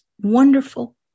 wonderful